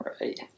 Right